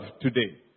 today